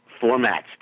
formats